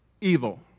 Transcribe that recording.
Evil